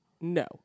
no